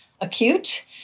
acute